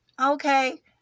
Okay